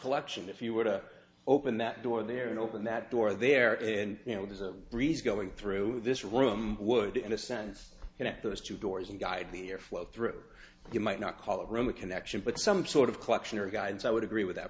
collection if you were to open that door there and open that door there and you know there's a breeze going through this room would in a sense and at those two doors and guide the airflow through you might not call it roma connection but some sort of collection or guides i would agree with that